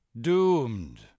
doomed